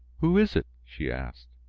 who is it? she asked.